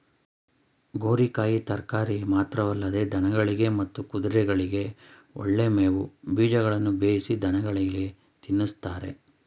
ಗೋರಿಕಾಯಿ ತರಕಾರಿ ಮಾತ್ರವಲ್ಲದೆ ದನಗಳಿಗೆ ಮತ್ತು ಕುದುರೆಗಳಿಗೆ ಒಳ್ಳೆ ಮೇವು ಬೀಜಗಳನ್ನು ಬೇಯಿಸಿ ದನಗಳಿಗೆ ತಿನ್ನಿಸ್ತಾರೆ